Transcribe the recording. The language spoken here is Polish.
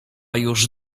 już